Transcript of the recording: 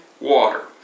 water